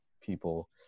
people